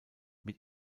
mit